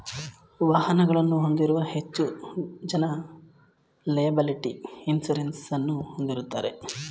ವಾಹನಗಳನ್ನು ಹೊಂದಿರುವ ಹೆಚ್ಚು ಜನ ಲೆಯಬಲಿಟಿ ಇನ್ಸೂರೆನ್ಸ್ ಅನ್ನು ಹೊಂದಿರುತ್ತಾರೆ